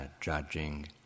judging